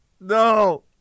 no